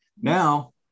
now